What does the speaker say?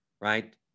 right